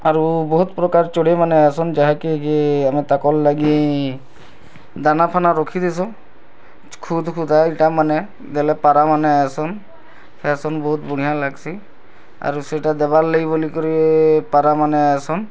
ଆରୁ ବହୁତ୍ ପ୍ରକାର ଚଢ଼େଇମାନେ ଆସନ୍ ଯାହା କି ଆମର ତାଙ୍କର୍ ଲାଗି ଦାନା ଫାନା ରଖି ଦେସୁ ଖୁଦ୍ ଖୁଦା ଇଟା ମାନେ ଦେଲେ ପାରାମାନେ ଆସନ୍ ଆସନ୍ ବହୁତ ବଢ଼ିଆ ଲାଗ୍ସି ଆରୁ ସେଇଟା ଦବାର୍ ଲାଗି ବୋଲି କରି ପାରାମାନେ ଆସନ୍